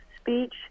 speech